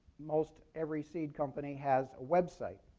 most every seed company has a website,